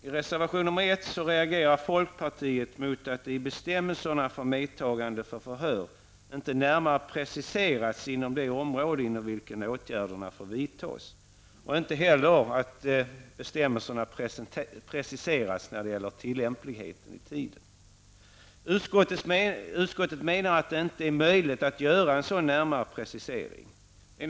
I reservation 1 reagerar folkpartiet mot att det i bestämmelserna för medtagande för förhör inte närmare preciseras inom det område inom vilket åtgärderna får vidtas. Inte heller preciseras bestämmelserna vad gäller tillämpligheten i tiden. Utskottet anser att det inte är möjligt att göra en sådan närmare precisering.